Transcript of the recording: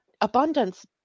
abundance